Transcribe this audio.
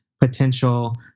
potential